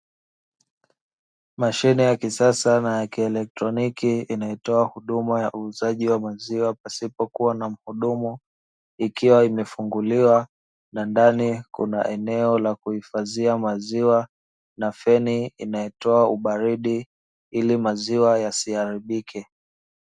Mashine ya kisasa na ya kielektroniki inayotoa huduma ya uuzaji wa maziwa pasipokua na muhudumu, ikiwa imefunguliwa na ndani kuna eneo la kuhifadhia maziwa na feni inayotoa ubaridi ili maziwa yasiharibike.